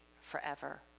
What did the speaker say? forever